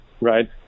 right